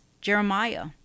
Jeremiah